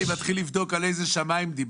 אני מתחיל לבדוק על איזה שמים דיברת.